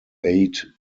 aid